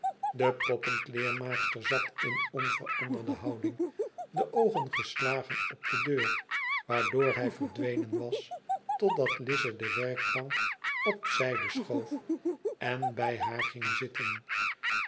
de poppenkleermaakster zat in onveranderde houding de oogen geslagen op de deur waardoor hij verdwenen was totdat lize de werkbank op zijde schoof en bij haar gmg zitten